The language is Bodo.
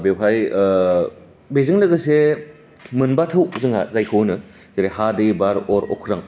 बेवहाय बेजों लोगोसे मोनबा थौ जोंहा जायखौ होन्नो जेरै हा दै बार अर अख्रां ना